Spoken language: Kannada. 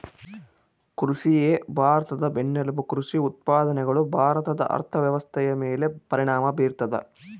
ಕೃಷಿಯೇ ಭಾರತದ ಬೆನ್ನೆಲುಬು ಕೃಷಿ ಉತ್ಪಾದನೆಗಳು ಭಾರತದ ಅರ್ಥವ್ಯವಸ್ಥೆಯ ಮೇಲೆ ಪರಿಣಾಮ ಬೀರ್ತದ